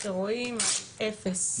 שרואים אפס.